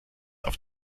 auf